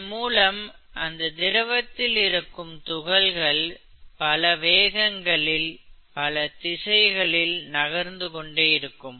இதன் மூலம் அந்த திரவத்தில் இருக்கும் துகள்கள் பல வேகங்களில் பல திசைகளில் நகர்ந்து கொண்டே இருக்கும்